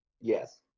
Yes